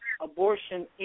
abortion